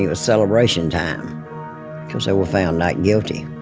ah celebration time because they were found not guilty.